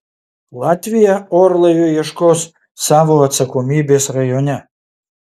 latvija orlaivio ieškos savo atsakomybės rajone